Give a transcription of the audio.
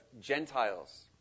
Gentiles